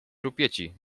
rupieci